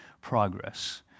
progress